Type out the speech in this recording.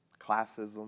classism